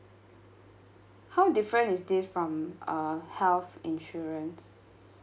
how different is this from uh health insurance